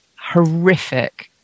horrific